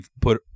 put